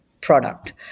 product